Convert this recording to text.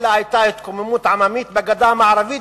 אלא היתה התקוממות עממית בגדה המערבית,